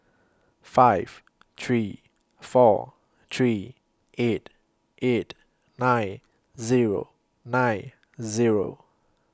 five three four three eight eight nine Zero nine Zero